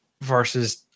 versus